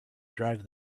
drive